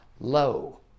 low